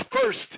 first